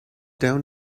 down